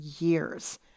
years